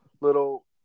little